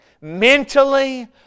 mentally